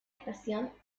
estación